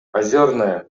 озерное